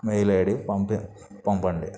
mail ID పంపం పంపండి